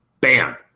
bam